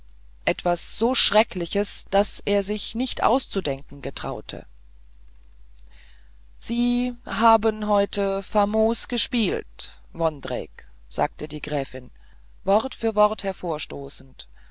etwas so schreckliches das er sich nicht auszudenken getraute sie haben heute famos gespielt vondrejc sagte die gräfin wort für wort